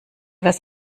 was